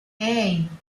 hey